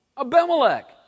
Abimelech